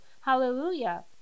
Hallelujah